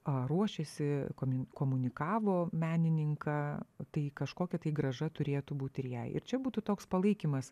ar ruošėsi komi komunikavo menininką tai kažkokia tai grąža turėtų būt ir jai ir čia būtų toks palaikymas